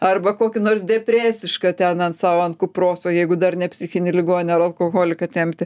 arba kokį nors depresišką ten sau ant kupros o jeigu dar ne psichinį ligonį ar alkoholiką tempti